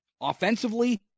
Offensively